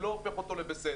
זה לא הופך אותו לבסדר.